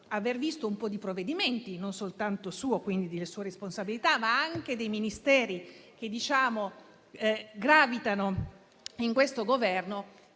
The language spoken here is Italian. aver visto un po' di provvedimenti, non soltanto di sua responsabilità, ma anche dei Ministeri che gravitano in questo Governo,